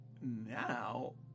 now